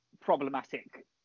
problematic